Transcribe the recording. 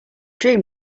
dream